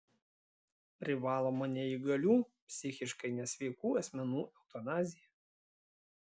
privaloma neįgalių psichiškai nesveikų asmenų eutanazija